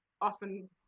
often